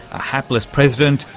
a hapless president,